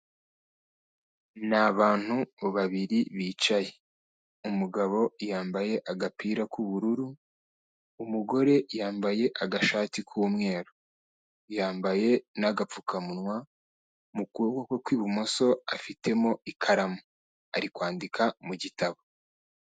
Ni abantu babiri bicaye. Umugabo yambaye agapira k'ubururu, umugore yambaye agashati k'umweru. Yambaye n'agapfukamunwa mu kuboko kw'ibumoso afitemo ikaramu. Ari kwandika mu gitabo.